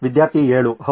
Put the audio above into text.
ವಿದ್ಯಾರ್ಥಿ 7 ಹೌದು